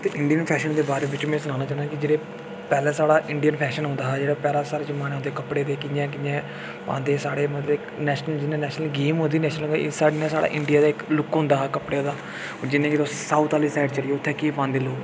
आं ते Indian fashion दे बारे च में सनाना तुसेंई जेह्ड़ा पैह्लै साढ़ा इंडियन फैशन होंदा हा जेह्ड़े पैह्लै साढ़े जमाने दे कपड़े कि'यां कि'यां पांदे साढ़े मतलब नैशनल जि'यां नैशनल गेम इ'यां गै साढ़ा इंडिया दा इक लुक होंदा हा कपड़े दा जि'यां के तोस साऊथ आह्ली साइड़ चली जाओ उत्थै केह् पांदे लोक